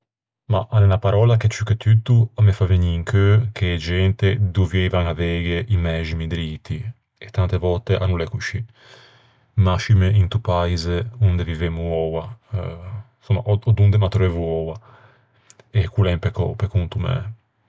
Mah, a l'é unna paròlla che ciù che tutto a me fa vegnî in cheu che e gente dovieivan aveighe i mæximi driti, e tante vòtte a no l'é coscì, mascime into paise onde vivemmo oua, insomma, ò donde m'attreuvo oua, ch'o l'é un peccou, pe conto mæ.